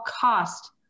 cost